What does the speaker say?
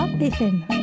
FM